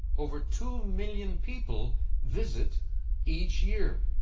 over two million people visit each year.